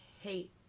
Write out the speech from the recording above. hate